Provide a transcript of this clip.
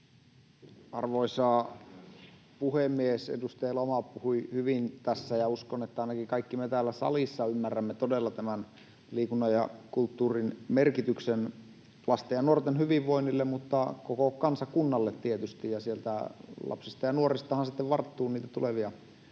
Arvoisa puhemies! Edustaja Elomaa puhui hyvin tässä, ja uskon, että ainakin kaikki me täällä salissa ymmärrämme todella tämän liikunnan ja kulttuurin merkityksen lasten ja nuorten hyvinvoinnille, ja koko kansakunnalle tietysti. Sieltä lapsista ja nuoristahan sitten varttuu niitä tulevia